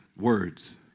words